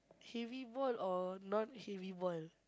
heavy ball or non-heavy ball